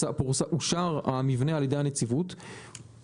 אושר המבנה על ידי נציבות שירות המדינה,